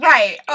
Right